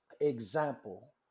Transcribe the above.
example